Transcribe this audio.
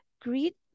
greet